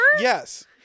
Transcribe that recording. Yes